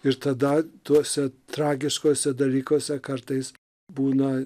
ir tada tuose tragiškuose dalykuose kartais būna